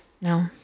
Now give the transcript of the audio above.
No